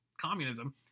communism